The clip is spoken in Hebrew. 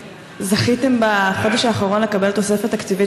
זכיתם בחודש האחרון לקבל תוספת תקציבית